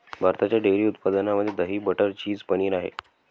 भारताच्या डेअरी उत्पादनामध्ये दही, बटर, चीज, पनीर आहे